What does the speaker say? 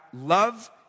love